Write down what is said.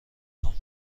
خوام